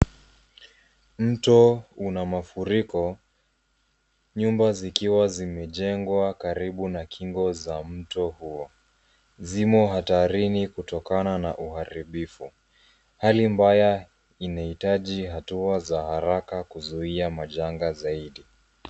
Mto una mafuriko. Nyumba zikiwa zimejengwa karibu na kingo za mto huo zimo hatarini kutokana na uharibifu. Hali mbaya inahitaji hatua za haraka kuzuia majanga zaidi.